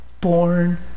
Born